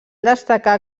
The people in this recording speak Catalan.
destacar